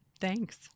Thanks